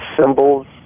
symbols